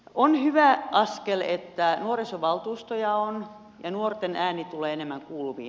on hyvä askel että on nuorisovaltuustoja ja nuorten ääni tulee enemmän kuuluviin